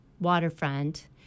waterfront